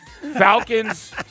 Falcons